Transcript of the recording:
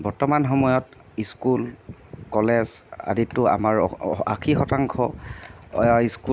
বৰ্তমান সময়ত school college আদিতো আমাৰ আশী শতাংশ স্কুল